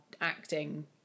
acting